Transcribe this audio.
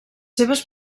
seves